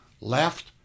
Left